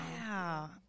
Wow